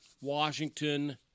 Washington